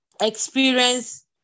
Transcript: experience